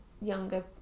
younger